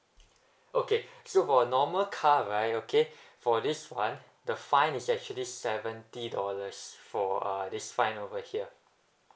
okay so for a normal car right okay for this one the fine is actually seventy dollars for uh this fine over here